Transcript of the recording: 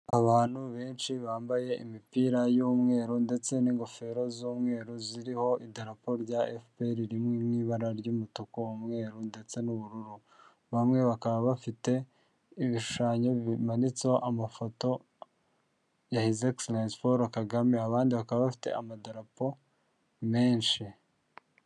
Abantu benshi bambaye imipira y'umweru ndetse n'ingofero z'umweru ziriho idarapo rya efuperi riri mu ibara ry'umutuku, umweru ndetse n'ubururu. Bamwe bakaba bafite ibishushanyo bimanitseho amafoto hizegiserensi Paul Kagame, abandi bakaba bafite amadarapo menshi.